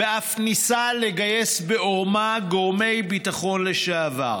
ואף ניסה לגייס בעורמה גורמי ביטחון לשעבר.